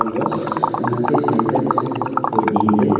अगस्त उन्नाइस सय सैँतालिसको दिन चाहिँ